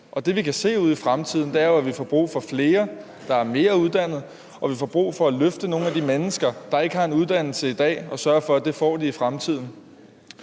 Det, vi kan se ude i fremtiden, er jo, at vi får brug for flere, der er mere uddannet, og at vi får brug for at løfte nogle af de mennesker, der ikke har en uddannelse i dag, og sørge for, at det får de i fremtiden.